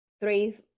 three